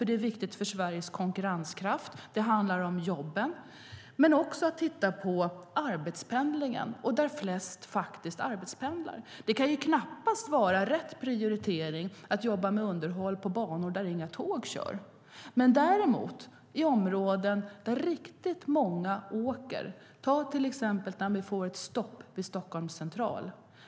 Det är viktigt för Sveriges konkurrenskraft. Det handlar om jobben. Trafikverket ska också titta på arbetspendlingen och var flest människor arbetspendlar. Det kan knappast vara rätt prioritering att jobba med underhåll på banor där inga tåg kör. Däremot ska områden där riktigt många åker prioriteras. Se exempelvis på ett stopp vid Stockholms central.